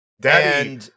daddy